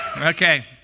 Okay